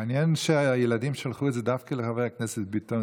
מעניין שהילדים שלחו את זה דווקא לחבר הכנסת ביטון,